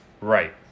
Right